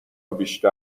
بیشتر